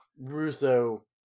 Russo